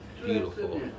beautiful